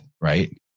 Right